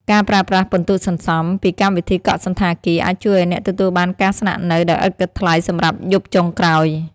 ការប្រើប្រាស់ពិន្ទុសន្សំ ពីកម្មវិធីកក់សណ្ឋាគារ អាចជួយឱ្យអ្នកទទួលបានការស្នាក់នៅដោយឥតគិតថ្លៃសម្រាប់យប់ចុងក្រោយ។